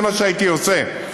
זה מה שהייתי עושה.